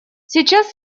сейчас